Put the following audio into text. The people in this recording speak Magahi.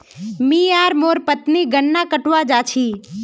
मी आर मोर पत्नी गन्ना कटवा जा छी